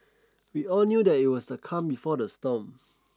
we all knew that it was the calm before the storm